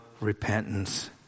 repentance